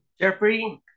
Jeffrey